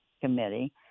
committee